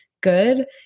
good